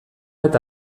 eta